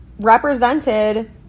represented